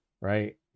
right